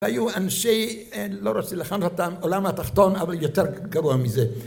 היו אנשי, לא רוצה לכנות אותם העולם התחתון, אבל יותר גרוע מזה.